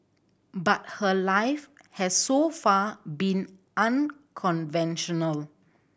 but her life has so far been unconventional